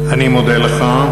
אני מודה לך.